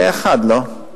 פה-אחד, לא?